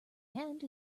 hand